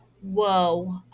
whoa